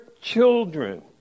children